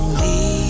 leave